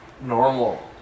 normal